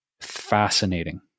fascinating